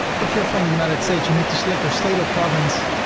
if you're from the united states, you need to select your state or province,